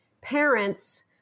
parents